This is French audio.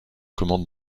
commande